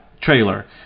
trailer